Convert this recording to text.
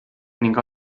ning